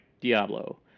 Diablo